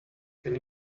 can